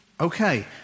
Okay